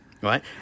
Right